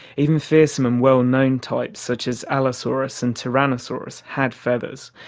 even fearsome and well-known types such as allosaurus and tyrannosaurus had feathers,